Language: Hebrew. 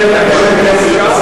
חבר הכנסת השר,